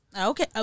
Okay